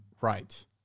right